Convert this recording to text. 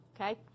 Okay